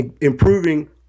improving